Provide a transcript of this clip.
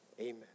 Amen